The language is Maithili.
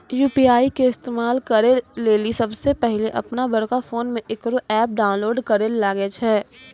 यु.पी.आई के इस्तेमाल करै लेली सबसे पहिलै अपनोबड़का फोनमे इकरो ऐप डाउनलोड करैल लागै छै